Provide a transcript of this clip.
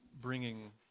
bringing